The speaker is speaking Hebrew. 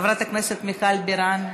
חברת הכנסת מיכל בירן,